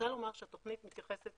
תוכנית מתייחסת